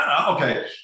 okay